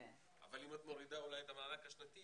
אבל אם את מורידה את המענק השנתי